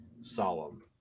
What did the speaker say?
solemn